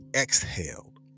exhaled